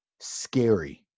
scary